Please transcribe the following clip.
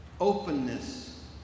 openness